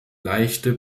leichte